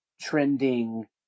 trending